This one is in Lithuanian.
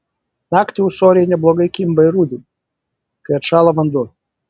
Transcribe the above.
naktį ūsoriai neblogai kimba ir rudenį kai atšąla vanduo